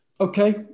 Okay